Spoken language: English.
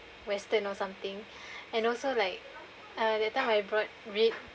western or something and also like(uh) that time I brought rib